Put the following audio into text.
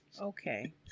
Okay